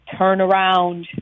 turnaround